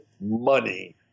money